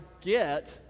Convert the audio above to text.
get